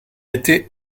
été